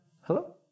Hello